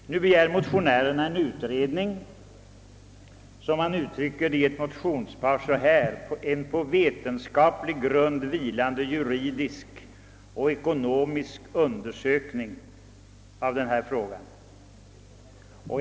Nu begär motionärerna en utredning som man i ett motionspar kallar en på vetenskaplig grund vilande juridisk och ekonomisk undersökning av denna fråga.